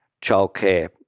childcare